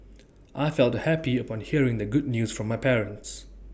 I felt happy upon hearing the good news from my parents